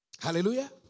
Hallelujah